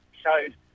showed